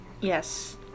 Yes